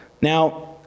Now